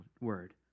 word